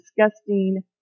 disgusting